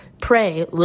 Pray